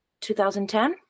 2010